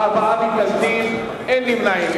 22 בעד, ארבעה מתנגדים, אין נמנעים.